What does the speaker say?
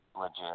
legit